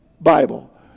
Bible